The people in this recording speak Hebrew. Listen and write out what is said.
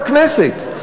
בכנסת,